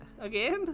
again